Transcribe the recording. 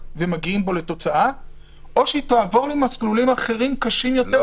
ומגיעים בו לתוצאה או שהיא תעבור למסלולים אחרים קשים יותר,